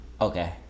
Okay